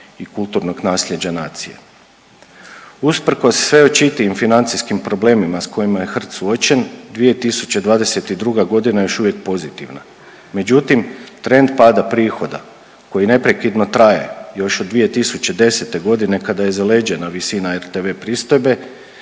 i kulturnog naslijeđa nacije. Usprkos sve očitijim financijskim problemima s kojima je HRT suočen 2022. godina je još uvijek pozitivna, međutim trend pada prihoda koji neprekidno traje još od 2010. godine kada je zaleđena visina rtv pristojbe